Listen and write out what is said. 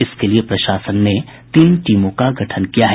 इसके लिए प्रशासन ने तीन टीमों का गठन किया है